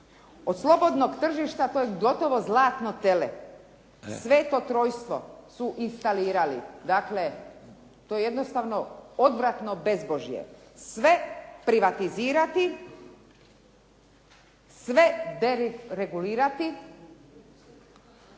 od slobodnog tržišta koji gotovo zlatno tele, sveto trojstvo su instalirali. Dakle, to je jednostavno odvratno bezbožje. Sve privatizirati, sve deregulirati